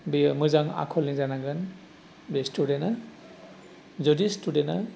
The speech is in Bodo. बेयो मोजां आखलनि जानांगोन बे स्टुडेन्टआ जुदि स्टुडेन्टआ